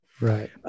Right